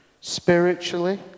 spiritually